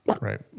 Right